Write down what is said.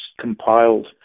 compiled